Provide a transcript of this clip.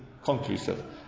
Conclusive